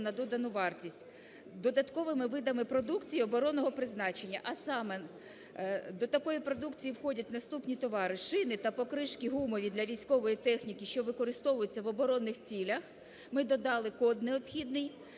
на додану вартість додатковими видами продукції оборонного призначення. А саме: до такої продукції входять наступні товари: шини та покришки гумові для військової техніки, що використовуються в оборонних цілях, (ми додали код необхідний);